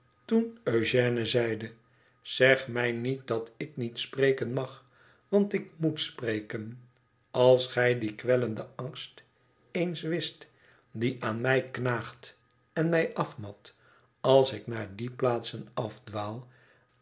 toen eugène zeide zeg mij niet dat ik niet spreken mag want ik moet spreken als eij dien kwellenden angst eens wist die aan mij knaagt en mij afmat als ik naar die plaatsen afdwaal